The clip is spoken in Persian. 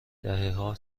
دههها